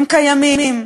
הם קיימים.